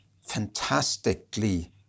fantastically